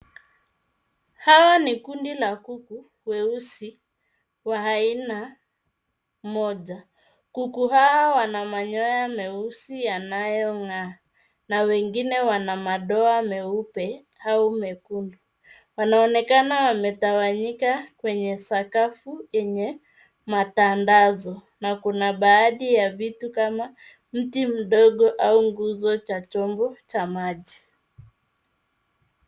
Hawa ni kundi la kuku weusi wa aina moja. Kuku hawa wana manyoya meusi yanayong'aa na wengine wana madoa meupe au mekundu. Wanaonekana wametawanyika kwenye sakafu yenye matandazo na kuna baadhi ya vitu kama mti mdogo au nguzo cha chombo cha maji.